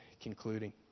concluding